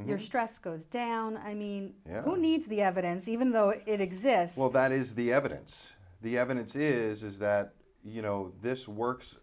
and your stress goes down i mean who needs the evidence even though it exists well that is the evidence the evidence is that you know this works